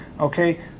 okay